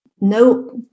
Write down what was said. no